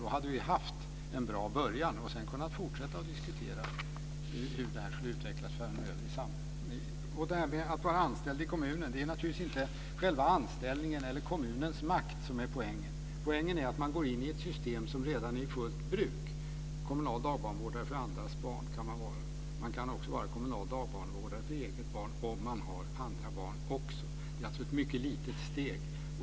Då hade vi haft en bra början och sedan kunnat fortsätta att diskutera hur det skulle utveckla sig framöver i samhället. När det gäller frågan om att vara anställd i kommunen är det inte själva anställningen eller kommunens makt som är poängen. Poängen är att man går in i ett system som redan är i fullt bruk. Man kan vara kommunal dagbarnvårdare för andras barn. Man kan också vara kommunal dagbarnvårdare för eget barn om man också har andra barn. Det är alltså ett mycket litet steg.